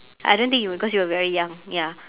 I don't think you know cause you were very young ya